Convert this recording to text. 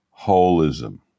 holism